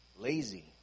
lazy